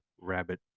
rabbit